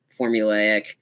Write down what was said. formulaic